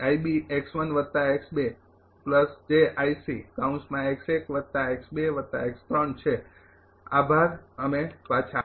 આભાર અમે પાછા આવીશું